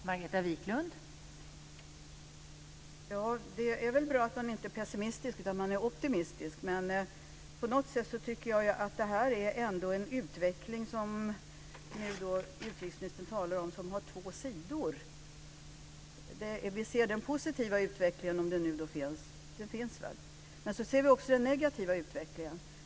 Fru talman! Det är bra att man inte är pessimistisk utan att man är optimistisk. Men på något sätt tycker jag att den utveckling som utrikesministern talar om har två sidor. Vi kan se den positiva utvecklingen, men vi kan också se den negativa utvecklingen.